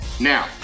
Now